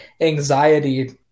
anxiety